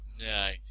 No